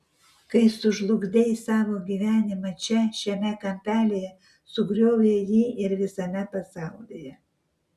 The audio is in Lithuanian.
kai sužlugdei savo gyvenimą čia šiame kampelyje sugriovei jį ir visame pasaulyje